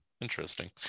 interesting